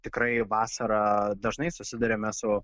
tikrai vasarą dažnai susiduriame su